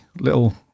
little